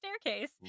staircase